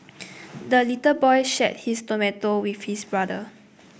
the little boy shared his tomato with his brother